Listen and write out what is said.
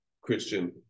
Christian